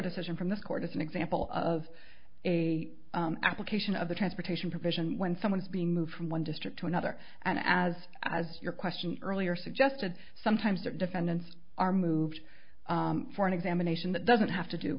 decision from the court as an example of a application of the transportation provision when someone's being moved from one district to another and as as your question earlier suggested sometimes the defendants are moved for an examination that doesn't have to do